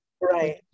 Right